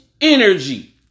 energy